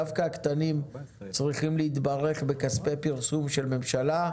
דווקא הקטנים צריכים להתברך בכספי פרסום של ממשלה,